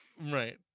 right